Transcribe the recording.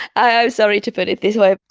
i'm sorry to put it this way.